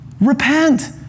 repent